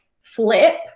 flip